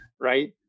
right